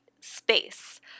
space